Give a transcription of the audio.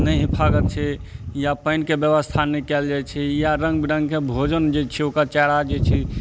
नहि हिफागत छै या पानिके व्यवस्था नहि कयल जाइ छै या रङ्ग बिरङ्गके भोजन जे छै ओकरा चारा जे छै